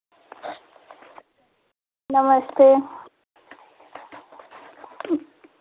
नमस्ते